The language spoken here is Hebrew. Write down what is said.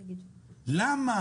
למה,